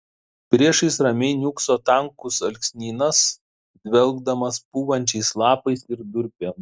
priešais ramiai niūkso tankus alksnynas dvelkdamas pūvančiais lapais ir durpėm